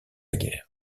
guerre